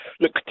look